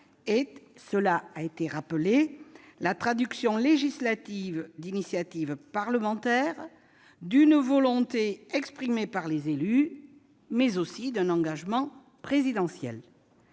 cela a été rappelé -la traduction législative, d'initiative parlementaire, d'une volonté exprimée par les élus, mais aussi d'un engagement présidentiel.